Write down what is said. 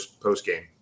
post-game